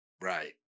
Right